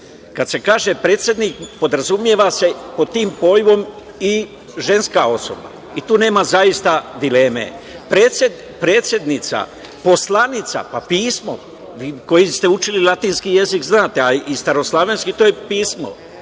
Kada se kaže predsednik, podrazumeva se pod tim pojmom i ženska osoba i tu nema zaista dileme. Predsednica, poslanica, pa pismo vi ste učili latinski jezik znate, a i staroslovenski to je pismo,